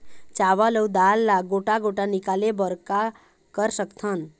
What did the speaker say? चावल अऊ दाल ला गोटा गोटा निकाले बर का कर सकथन?